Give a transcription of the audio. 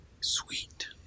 sweet